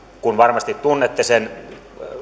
kun varmasti tunnette sen